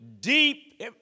deep